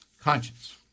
Conscience